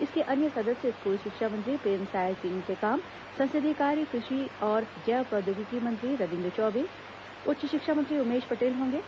इसके अन्य सदस्य स्कूल शिक्षा मंत्री प्रेमसाय सिंह टेकाम संसदीय कार्य कृषि और जैव प्रौद्योगिकी मंत्री रविन्द्र चौबे उच्च शिक्षा मंत्री उमेश पटेल होंगे